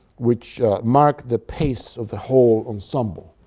which mark the pace of the whole ensemble.